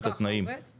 זה עכשיו עובד ככה?